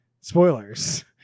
Spoilers